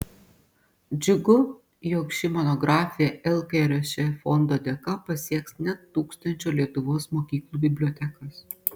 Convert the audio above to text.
džiugu jog ši monografija lkrš fondo dėka pasieks net tūkstančio lietuvos mokyklų bibliotekas